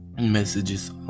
messages